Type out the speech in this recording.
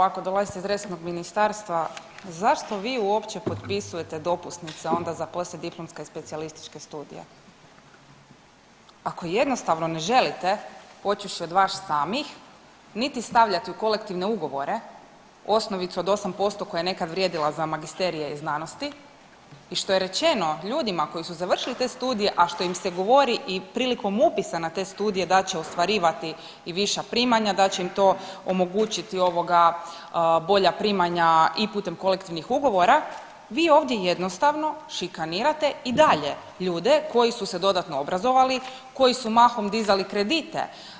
A ja bi… [[Govornik se ne razumije]] dolazite iz resornog ministarstva, zašto vi uopće potpisujete dopusnice onda za poslijediplomska i specijalističke studije ako jednostavno ne želite počevši od vas samih niti stavljati u kolektivne ugovore osnovicu od 8% koja je nekad vrijedila za magisterije znanosti i što je rečeno ljudima koji su završili te studije, a što im se govori i prilikom upisa na te studije da će ostvarivati i viša primanja, da će im to omogućiti ovoga bolja primanja i putem kolektivnih ugovora, vi ovdje jednostavno šikanirate i dalje ljude koji su se dodatno obrazovali i koji su mahom dizali kredite.